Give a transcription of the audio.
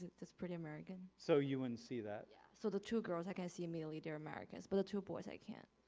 it's it's pretty american. so you wouldn't and see that? yeah so the two girls i can see immediately they're americans, but the two boys i can't.